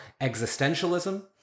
existentialism